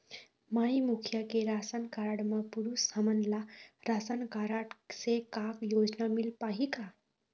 माई मुखिया के ration card म पुरुष हमन ला रासनकारड से का योजना मिल पाही का?